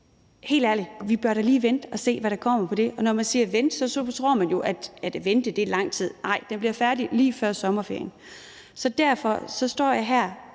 helt ærligt lige bør vente og se, hvad der kommer i forhold til det. Og når man siger »vente«, tror man jo, at »vente« er lang tid, men nej, det bliver færdigt lige før sommerferien. Så derfor står jeg her